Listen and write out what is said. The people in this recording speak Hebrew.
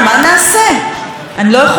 אני חייבת כאן להרוס משהו,